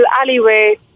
alleyway